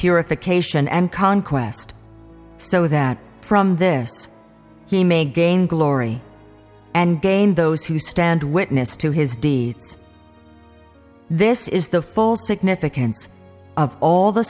purification and conquest so that from this he may gain glory and gain those who stand witness to his deeds this is the full significance of all the